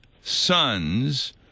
sons